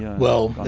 well,